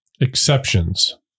Exceptions